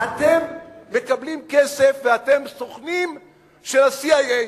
אתם מקבלים כסף ואתם סוכנים של ה-CIA.